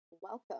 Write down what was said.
welcome